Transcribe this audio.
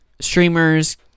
Streamers